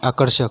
आकर्षक